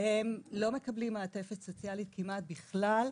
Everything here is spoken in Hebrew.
והם לא מקבלים מעטפת סוציאלית כמעט בכלל,